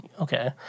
Okay